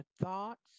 thoughts